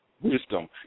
Wisdom